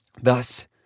Thus